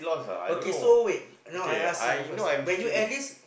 okay so wait now I ask you first when you enlist